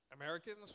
Americans